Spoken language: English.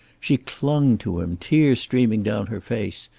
she clung to him, tears streaming down her face,